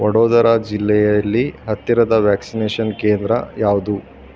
ವಡೋದರಾ ಜಿಲ್ಲೆಯಲ್ಲಿ ಹತ್ತಿರದ ವ್ಯಾಕ್ಸಿನೇಷನ್ ಕೇಂದ್ರ ಯಾವುದು